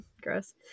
gross